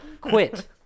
Quit